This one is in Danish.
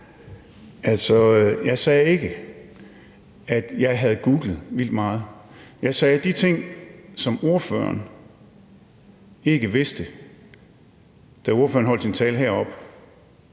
jeg sagde ikke, at jeg havde googlet vildt meget, jeg sagde, at de ting, som ordføreren ikke vidste, da ordføreren holdt sin tale heroppe,